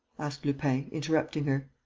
asked lupin, interrupting her.